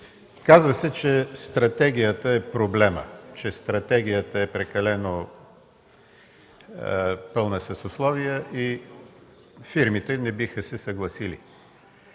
Казва се, че стратегията е проблемът, че стратегията е пълна с условия и фирмите не биха се съгласили.